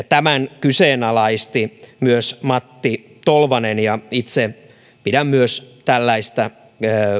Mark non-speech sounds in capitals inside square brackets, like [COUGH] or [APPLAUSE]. [UNINTELLIGIBLE] tämän kyseenalaisti myös matti tolvanen ja itse myös pidän tällaista